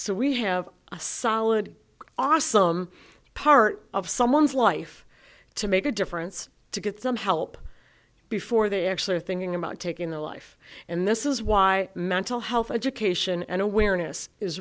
so we have a solid awesome part of someone's life to make a difference to get some help before they actually are thinking about taking the life and this is why mental health education and awareness is